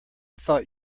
thought